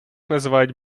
називають